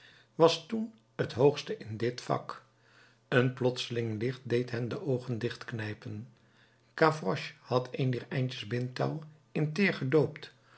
was toen het hoogste in dit vak een plotseling licht deed hen de oogen dichtknijpen gavroche had een dier eindjes bindtouw in teer gedoopt